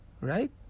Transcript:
Right